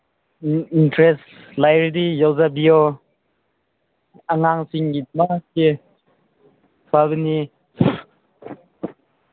interest ꯂꯩꯔꯗꯤ ꯇꯧꯖꯕꯤꯌꯣ ꯑꯉꯥꯡꯁꯤꯡꯒꯤꯗꯃꯛꯇꯤ ꯐꯒꯅꯤ